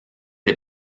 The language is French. des